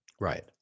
Right